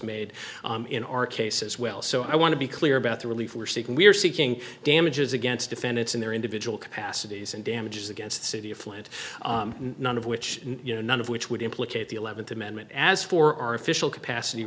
made in our case as well so i want to be clear about the relief we're seeking we're seeking damages against defendants in their individual capacities and damages against the city of flint none of which you know none of which would implicate the eleventh amendment as for our official capacity